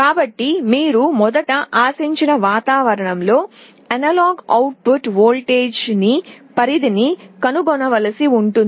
కాబట్టి మీరు మొదట ఆశించిన వాతావరణంలో అనలాగ్ అవుట్ పుట్ వోల్టేజ్ పరిధిని కనుగొనవలసి ఉంటుంది